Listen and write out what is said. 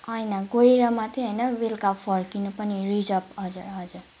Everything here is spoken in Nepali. होइन गएर मात्र होइन बेलुका फर्किनु पनि रिजर्भ हजुर हजुर